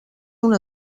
una